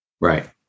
Right